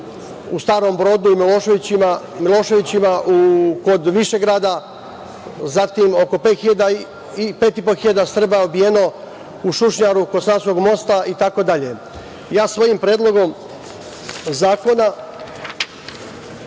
u Starom Brodu, Miloševićima kod Višegrada, zatim oko 5.500 ubijeno u Šušnjaru kod Savskog mosta, itd. Ja svojim predlogom zakona,